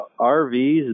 RVs